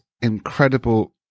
incredible